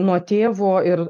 nuo tėvo ir